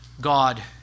God